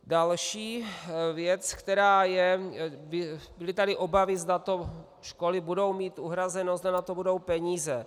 Další věc, která je byly tady obavy, zda to školy budou mít uhrazeno, zda na to budou peníze.